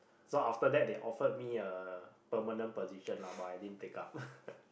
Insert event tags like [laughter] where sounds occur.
so after that they offered me a permanent position lah but I didn't take up [laughs]